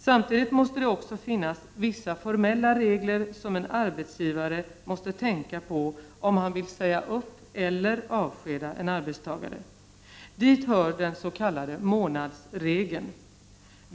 Samtidigt måste det också finnas vissa formella regler som en arbetsgivare måste tänka på om han vill säga upp eller avskeda en arbetstagare. Dit hör den s.k. månadsregeln.